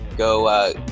go